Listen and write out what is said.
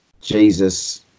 Jesus